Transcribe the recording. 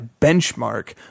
benchmark